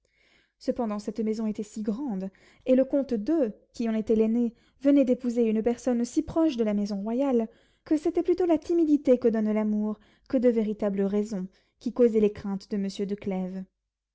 cependant cette maison était si grande et le comte d'eu qui en était l'aîné venait d'épouser une personne si proche de la maison royale que c'était plutôt la timidité que donne l'amour que de véritables raisons qui causaient les craintes de monsieur